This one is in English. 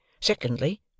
Secondly